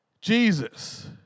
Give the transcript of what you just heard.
Jesus